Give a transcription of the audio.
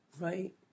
right